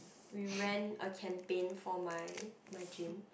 we ran a campaign for my my gym